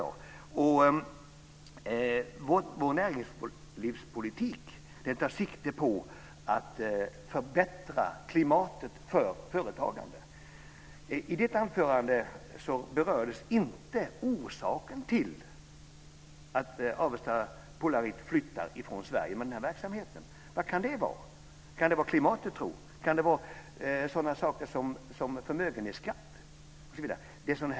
Vår näringslivspolitik tar sikte på att förbättra klimatet för företagande. I Peter Pedersens anförande berördes inte orsaken till att Avesta Polarit flyttar den här verksamheten från Sverige. Vad kan det bero på? Kan det bero på klimatet? Kan det bero på sådana saker som förmögenhetsskatten osv.?